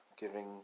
giving